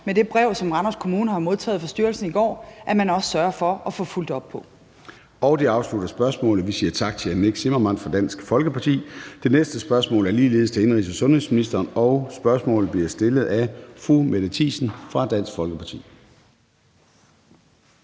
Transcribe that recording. med det brev, som Randers Kommune har modtaget fra styrelsen i går, har jeg da en klar forventning om, at man også sørger for at få fulgt op på det. Kl. 13:17 Formanden (Søren Gade): Det afslutter spørgsmålet. Vi siger tak til hr. Nick Zimmermann fra Dansk Folkeparti. Det næste spørgsmål er ligeledes til indenrigs- og sundhedsministeren, og spørgsmålet bliver stillet af fru Mette Thiesen fra Dansk Folkeparti.